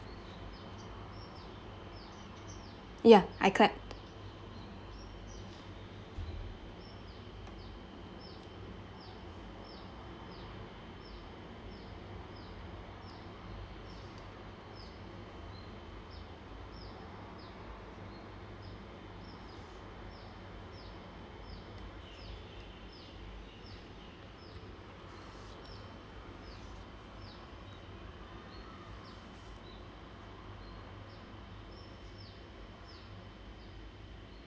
ya I clapped